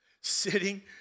sitting